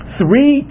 three